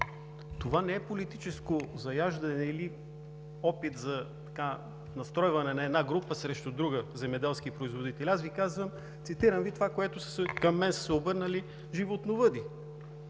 Това не е политическо заяждане или опит за настройване на една група земеделски производители срещу друга. Цитирам Ви това, с което към мен са се обърнали животновъдите.